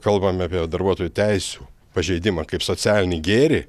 kalbam apie darbuotojų teisių pažeidimą kaip socialinį gėrį